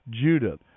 Judah